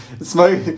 Smoke